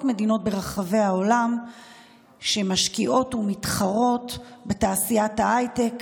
מדינות ברחבי העולם שמשקיעות ומתחרות בתעשיית ההייטק